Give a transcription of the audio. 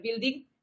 building